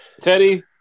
Teddy